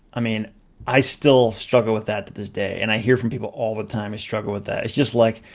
i mean i still struggle with that to this day and i hear from people all the time they struggle with that. it's just like,